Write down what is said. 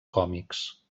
còmics